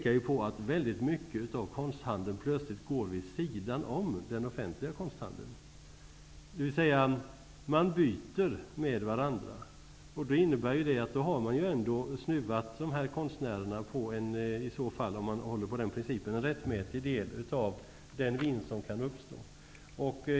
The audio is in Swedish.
De pekar på att stora delar av konsthandeln plötsligt går vid sidan om den offentliga konsthandeln, dvs. man byter med varandra. Det innebär att konstnären snuvas på en rättmätig del i den vinst som kan uppstå, om man håller på den principen.